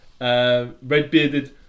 red-bearded